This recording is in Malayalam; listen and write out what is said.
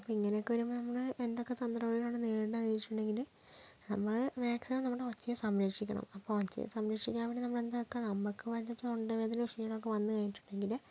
അപ്പം ഇങ്ങനെയൊക്കെ വരുമ്പം നമ്മൾ എന്തൊക്കെ തന്ത്രപരമാണ് നേരിടുന്നതെന്ന് ചോദിച്ചിട്ടുണ്ടെങ്കിൽ നമ്മൾ മാക്സിമം നമ്മുടെ ഒച്ചയെ സംരക്ഷിക്കണം അപ്പം ഒച്ചയെ സംരക്ഷിക്കാൻ വേണ്ടി നമ്മൾ എന്താക്കുക നമുക്ക് വല്ല തൊണ്ട വേദനയോ ക്ഷീണം ഒക്കെ വന്നു കഴിഞ്ഞിട്ടുണ്ടെങ്കിൽ